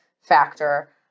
factor